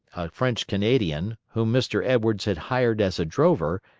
french-canadian, whom mr. edwards had hired as a drover,